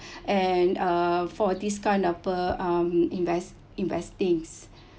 and uh for this kind of per um invest investing